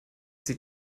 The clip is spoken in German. sie